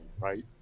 right